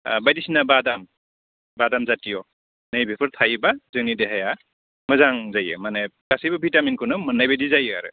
बायदिसिना बादाम बादाम जातिय' नै बेफोर थायोबा जोंनि देहाया मोजां जायो माने गासैबो भिटामिनखौनो मोननाय बायदि जायो आरो